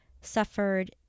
suffered